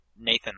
Nathan